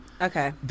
okay